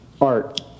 art